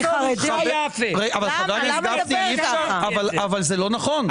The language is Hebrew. אבל זה לא נכון.